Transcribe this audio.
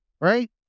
right